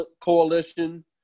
Coalition